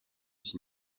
s’y